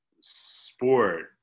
sport